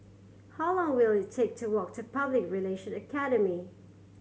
how long will it take to walk to Public Relation Academy